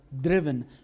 driven